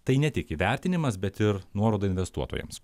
tai ne tik įvertinimas bet ir nuoroda investuotojams